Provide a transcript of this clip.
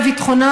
לביטחונה,